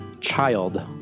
child